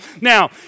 Now